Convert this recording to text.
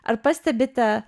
ar pastebite